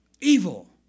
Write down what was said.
evil